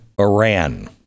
Iran